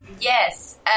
Yes